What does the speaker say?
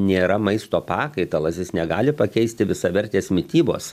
nėra maisto pakaitalas jis negali pakeisti visavertės mitybos